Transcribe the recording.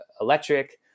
electric